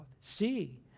See